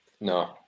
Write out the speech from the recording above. no